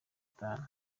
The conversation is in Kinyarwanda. itanu